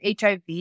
HIV